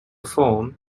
form